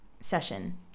session